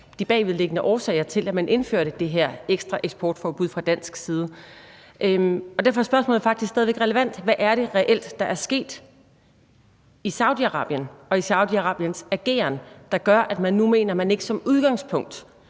de bagvedliggende årsager til, at man indførte det her ekstra eksportforbud fra dansk side. Derfor er spørgsmålet faktisk stadig væk relevant: Hvad er det reelt, der er sket i Saudi-Arabien og med Saudi-Arabiens ageren, der gør, at man nu mener, at man ikke som udgangspunkt